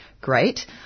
great